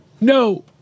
No